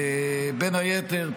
בין היתר,